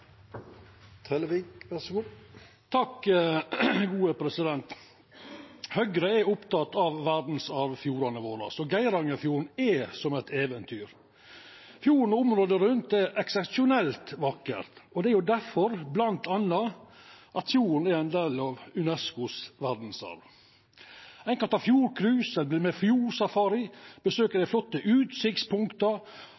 av verdsarvfjordane våre, og Geirangerfjorden er som eit eventyr. Fjorden og området rundt er eksepsjonelt vakkert, og det er bl.a. difor fjorden er ein del av UNESCOs verdsarv. Ein kan ta fjordcruise eller dra på fjordsafari,